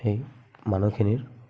সেই মানুহখিনিৰ